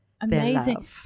amazing